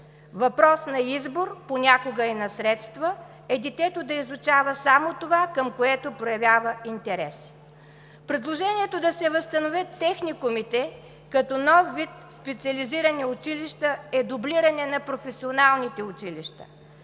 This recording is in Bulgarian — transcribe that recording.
Въпрос на избор, понякога и на средства е детето да изучава само това, към което проявява интерес. Предложението да се възстановят техникумите, като нов вид специализирани училища, е дублиране на професионалните училища.